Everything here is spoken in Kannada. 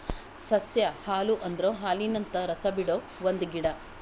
ಸಸ್ಯ ಹಾಲು ಅಂದುರ್ ಹಾಲಿನಂತ ರಸ ಬಿಡೊ ಒಂದ್ ಗಿಡ